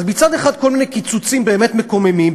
אז מצד אחד כל מיני קיצוצים באמת מקוממים,